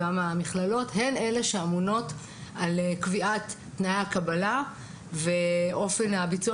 אמונים על קביעת תנאי הקבלה ואופן הביצוע